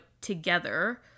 together